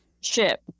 ship